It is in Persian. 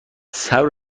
صبر